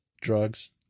Drugs